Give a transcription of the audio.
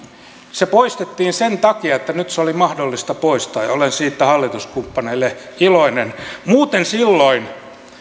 se poistettiin sen takia että nyt se oli mahdollista poistaa ja olen siitä hallituskumppaneille iloinen muuten silloin